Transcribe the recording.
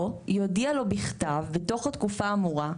או יודיע לו בכתב בתוך התקופה האמורה,